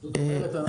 זאת אומרת,